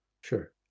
Sure